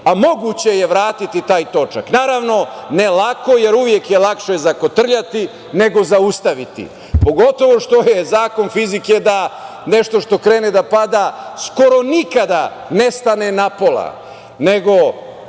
a moguće je vratiti taj točak. Naravno, ne lako, jer uvek je lakše zakotrljati nego zaustaviti, pogotovo što je zakon fizike da nešto što krene da pada skoro nikada ne stane na pola,